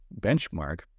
benchmark